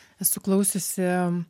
esu klausiusi